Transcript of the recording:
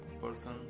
person